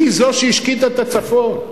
היא זו שהשקיטה את הצפון.